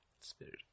Spirit